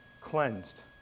cleansed